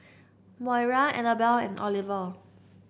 Moira Annabel and Oliver